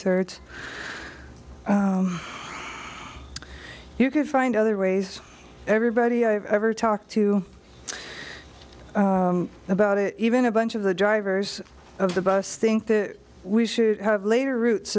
thirds you could find other ways everybody i've ever talked to about it even a bunch of the drivers of the bus think we should have later ro